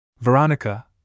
Veronica